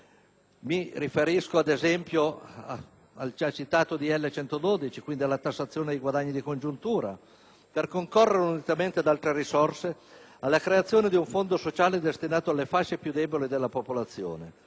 Mi riferisco ad esempio al già citato decreto-legge n. 112 del 2008, quindi alla tassazione dei guadagni di congiuntura, per concorrere, unitamente ad altre risorse, alla creazione di un fondo sociale destinato alle fasce più deboli della popolazione,